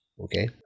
okay